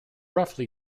roughly